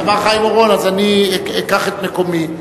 אמר חיים אורון: אז אני אקח את מקומי.